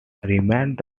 remained